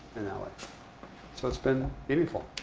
and and it so it's been meaningful.